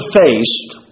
faced